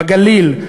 בגליל.